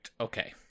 Okay